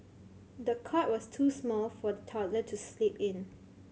the cot was too small for the toddler to sleep in